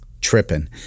tripping